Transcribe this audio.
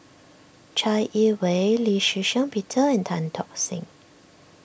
Chai Yee Wei Lee Shih Shiong Peter and Tan Tock Seng